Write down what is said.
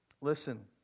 Listen